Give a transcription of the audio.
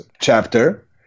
chapter